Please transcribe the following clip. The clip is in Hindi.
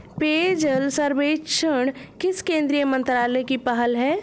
पेयजल सर्वेक्षण किस केंद्रीय मंत्रालय की पहल है?